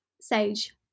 sage